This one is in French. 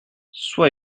soit